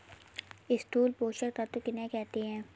स्थूल पोषक तत्व किन्हें कहते हैं?